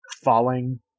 falling